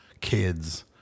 kids